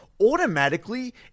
automatically